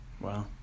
wow